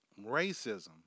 racism